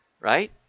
right